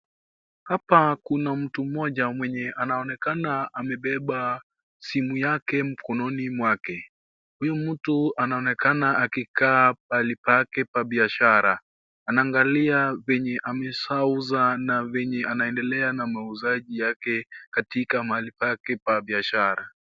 Hapa kuna mtu mmoja mwenye anaonekana amebeba simu yake mkononi mwake, huyu mtu anaonekana akikaa pahali pake pa biashara, anaangalia venye ameshauza na vyenye anandelea na mauzaji yake katika mahali pake pa biashara.